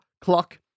clock